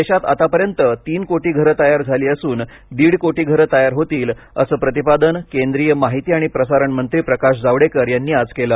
देशात आतापर्यंत तीन कोटी घरं तयार झाली असून दीड कोटी घरं तयार होतील असे प्रतिपादन केंद्रीय माहिती आणि प्रसारण मंत्री प्रकाश जावडेकर यांनी आज केलं